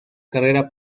carrera